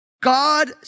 God